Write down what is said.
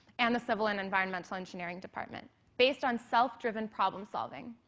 and the civil and environmental engineering department based on self-driven problem solving.